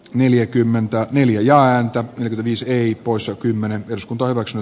neljäkymmentä miljoonaa ääntä eli pysyi poissa kymmenen osku torroksen